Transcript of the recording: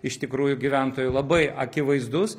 iš tikrųjų gyventojų labai akivaizdus